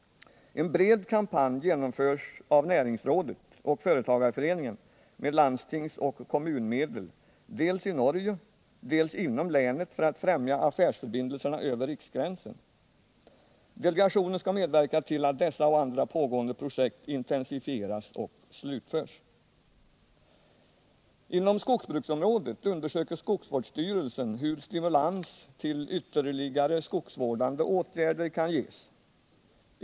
En bred kampanj genomförs av näringsrådet och företagareföreningen med landstingsoch kommunmedel dels i Norge, dels inom länet för att främja affärsförbindelserna över riksgränsen. Delegationen skall medverka till att dessa och andra pågående projekt intensifieras och slutförs. Inom skogsbruksområdet undersöker skogsvårdsstyrelsen hur stimulans till ytterligare skogsvårdande åtgärder kan ges.